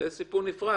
זה סיפור נפרד.